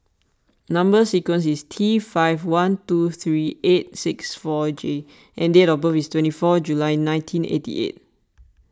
Number Sequence is T five one two three eight six four J and date of birth is twenty four July nineteen eighty eight